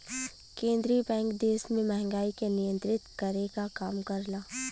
केंद्रीय बैंक देश में महंगाई के नियंत्रित करे क काम करला